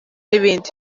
n’ibindi